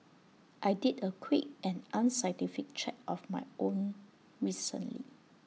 I did A quick and unscientific check of my own recently